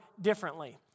differently